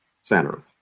center